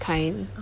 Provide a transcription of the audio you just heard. type